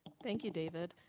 thank you, david.